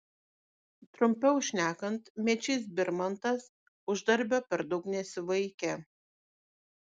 trumpiau šnekant mečys birmantas uždarbio per daug nesivaikė